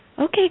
Okay